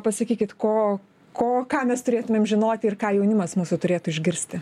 pasakykit ko ko ką mes turėtumėm žinoti ir ką jaunimas mūsų turėtų išgirsti